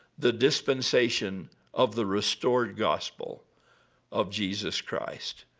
the dispensation of the restored gospel of jesus christ.